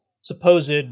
supposed